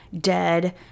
dead